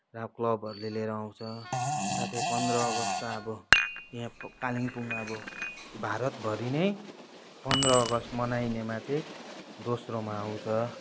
र अब क्लबहरूले लिएर आउँछ साथै पन्ध्र अगस्त त अब यहाँ कालिम्पोङ अब भारतभरि नै पन्ध्र अगस्त मनाइनेमा चाहिँ दोस्रोमा आउँछ